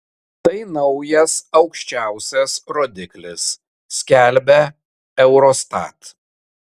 tai naujas aukščiausias rodiklis skelbia eurostat